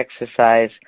Exercise